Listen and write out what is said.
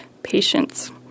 patience